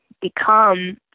become